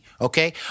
okay